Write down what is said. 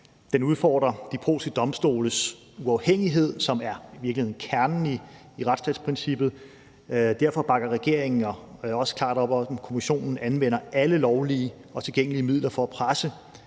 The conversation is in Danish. Den udfordrer de polske domstoles uafhængighed, som i virkeligheden er kernen i retsstatsprincippet. Derfor bakker regeringen også klart op om, at Kommissionen anvender alle lovlige og tilgængelige midler for at presse